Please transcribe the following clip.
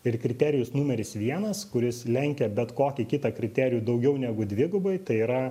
ir kriterijus numeris vienas kuris lenkia bet kokį kitą kriterijų daugiau negu dvigubai tai yra